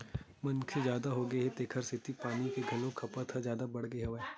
मनखे जादा होगे हे तेखर सेती पानी के घलोक खपत ह जादा बाड़गे गे हवय